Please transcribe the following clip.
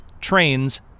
Trains